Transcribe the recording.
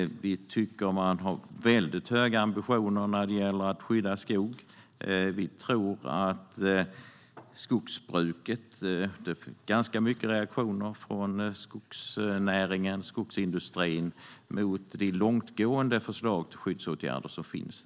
Vi tycker att man har väldigt höga ambitioner när det gäller att skydda skog. Det har varit ganska mycket reaktioner från skogsnäringen mot de långtgående förslag på skyddsåtgärder som finns.